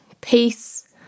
peace